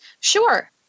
Sure